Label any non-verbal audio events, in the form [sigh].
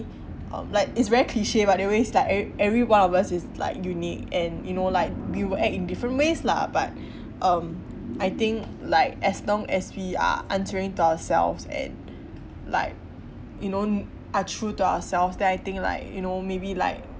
um like it's very cliche by the way is like ev everyone of us is like unique and you know like we will act in different ways lah but [breath] um I think like as long as we are answering to ourselves and like you know know are true to ourselves then I think like you know maybe like